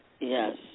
Yes